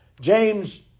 James